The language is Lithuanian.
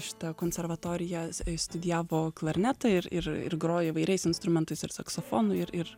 šitą konservatoriją studijavo klarnetą ir ir ir grojo įvairiais instrumentais ir saksofonu ir ir